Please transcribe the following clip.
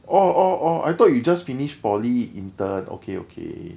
oh oh oh I thought you just finished poly intern okay okay